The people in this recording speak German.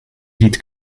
lied